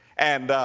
and, ah,